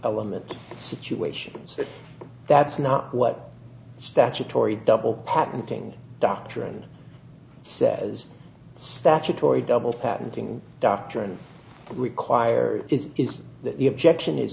element situations but that's not what statutory double patenting doctrine says statutory double patenting doctrine requires is that the objection is